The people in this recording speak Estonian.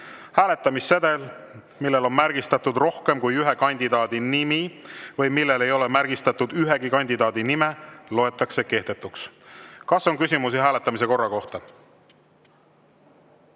Hääletamissedel, millel on märgistatud rohkem kui ühe kandidaadi nimi või millel ei ole märgistatud ühegi kandidaadi nime, loetakse kehtetuks. Kas on küsimusi hääletamise korra kohta?